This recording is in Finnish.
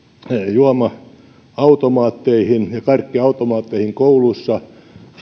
juoma automaatteihin ja karkkiautomaatteihin kouluissa